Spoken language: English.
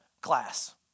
class